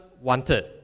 wanted